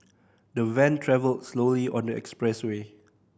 the van travelled slowly on the expressway